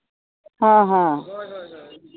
ᱦᱮᱸ ᱦᱮᱸ